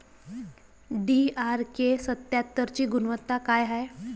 DRK सत्यात्तरची गुनवत्ता काय हाय?